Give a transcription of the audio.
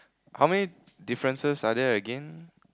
how many differences other again